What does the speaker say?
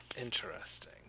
interesting